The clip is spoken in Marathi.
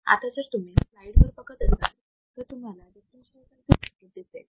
आता जर तुम्ही स्लाईड वर बघत असाल तर तुम्हाला डिफरेंशीएटर चे सर्किट दिसेल